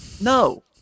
no